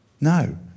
No